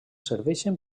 serveixen